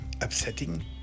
upsetting